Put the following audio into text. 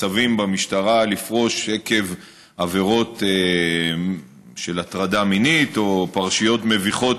ניצבים במשטרה לפרוש עקב עבירות של הטרדה מינית או פרשיות מביכות